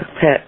pet